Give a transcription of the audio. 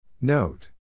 Note